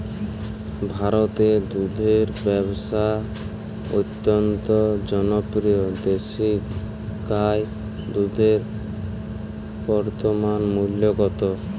ভারতে দুধের ব্যাবসা অত্যন্ত জনপ্রিয় দেশি গাই দুধের বর্তমান মূল্য কত?